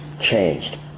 changed